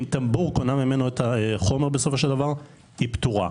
אם טמבור קונה ממנו את החומר, היא פטורה.